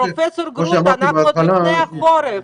פרופ' גרוטו, אנחנו עוד לפני החורף.